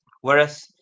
Whereas